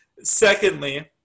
Secondly